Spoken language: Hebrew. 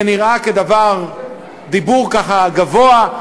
זה נראה דיבור גבוה,